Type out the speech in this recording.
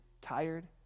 tired